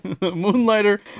Moonlighter